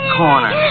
corner